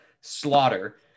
slaughter